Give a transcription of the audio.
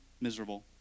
Miserable